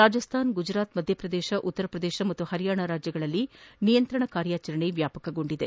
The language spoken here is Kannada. ರಾಜಸ್ಥಾನ ಗುಜರಾತ್ ಮಧ್ಯಪ್ರದೇಶ ಉತ್ತರಪ್ರದೇಶ ಮತ್ತು ಪರಿಯಾಣದಲ್ಲಿ ನಿಯಂತ್ರಣ ಕಾರ್ಯಾಚರಣೆ ವ್ಯಾಪಕಗೊಳಿಸಿದೆ